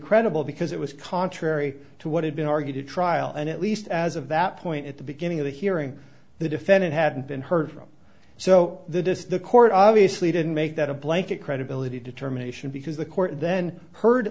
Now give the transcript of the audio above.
credible because it was contrary to what had been argued to trial and at least as of that point at the beginning of the hearing the defendant had been heard from so the district court obviously didn't make that a blanket credibility determination because the court then heard